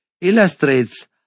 illustrates